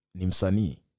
Nimsani